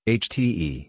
hte